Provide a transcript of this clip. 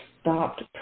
stopped